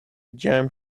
جمع